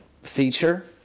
feature